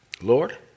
Lord